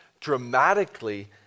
dramatically